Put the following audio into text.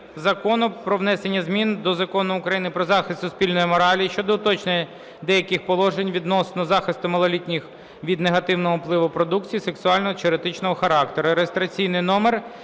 Закону про внесення змін до Закону України "Про захист суспільної моралі" щодо уточнення деяких положень відносно захисту малолітніх від негативного впливу продукції сексуального чи еротичного характеру